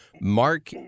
mark